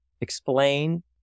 explain